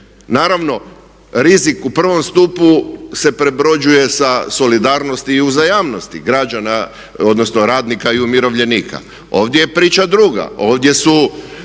Naravno rizik u prvom stupu se prebrođuje sa solidarnosti i uzajamnosti građana odnosno radnika i umirovljenika. Ovdje je priča druga, ovdje su